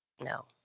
No